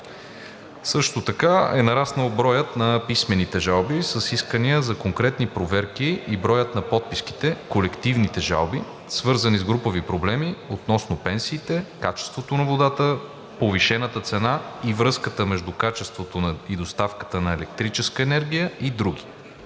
Също така е нараснал броят на писмените жалби с искания за конкретни проверки и броят на подписките – колективните жалби, свързани с групови проблеми, относно пенсиите, качеството на водата, повишената цена и връзката между качеството и доставката на електрическа енергия и други.